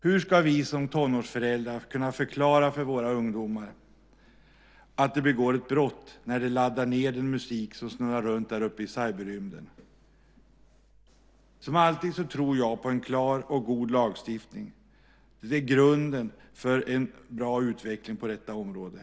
Hur ska vi som tonårsföräldrar kunna förklara för våra ungdomar att de begår ett brott när de laddar ned musik som snurrar runt där ute i cyberrymden? Som alltid tror jag att en klar och god lagstiftning är grunden för en bra utveckling på detta område.